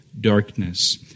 darkness